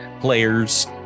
players